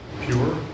Pure